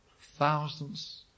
thousands